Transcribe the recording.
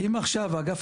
אני אגיד ככלל,